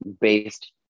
based